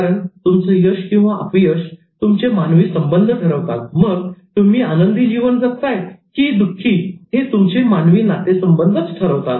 कारण तुमचं यश किंवा अपयश हे तुमचे मानवी संबंध ठरवतात मग तुम्ही आनंदी जीवन जगताय किंवा खेदजनक हे तुमचे मानवी नातेसंबंधच ठरवतात